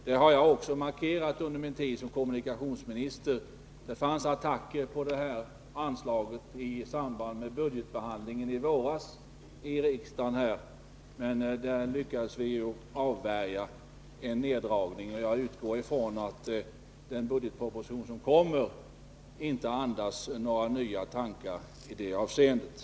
Det har jag också markerat under min tid som kommunikationsminister. Det gjordes attacker på det här anslaget i samband med budgetbehandlingen i våras i riksdagen, men vi lyckades avvärja en neddragning av det. Jag utgår ifrån att den kommande budgetpropositionen inte innebär nya attacker mot det enskilda vägnätet.